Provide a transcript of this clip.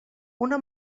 una